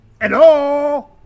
Hello